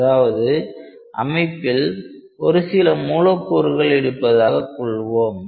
அதாவது அமைப்பில் ஒரு சில மூலக்கூறுகள் இருப்பதாகக் கொள்வோம்